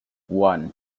one